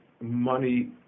money